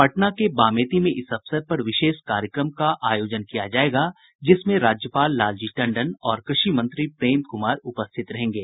पटना के बामेती में इस अवसर पर विशेष कार्यक्रम का आयोजन किया जायेगा जिसमें राज्यपाल लालजी टंडन और कृषि मंत्री प्रेम कुमार उपस्थित रहेंगे